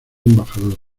embajador